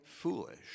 foolish